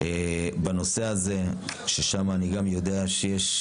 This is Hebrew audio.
בנושא הזה ששם אני יודע שיש,